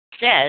says